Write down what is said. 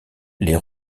les